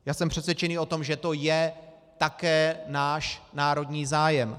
Já jsem přesvědčený o tom, že to je také náš národní zájem.